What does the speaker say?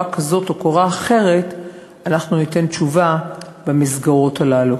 כזאת או קורה אחרת אנחנו ניתן תשובה במסגרות הללו.